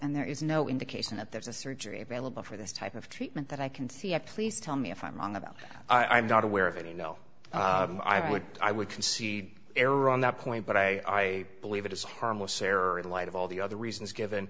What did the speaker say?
and there is no indication that there is a surgery available for this type of treatment that i can see a please tell me if i'm wrong about i am not aware of any you know i would i would concede error on that point but i believe it is harmless error in light of all the other reasons given